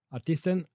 Artisten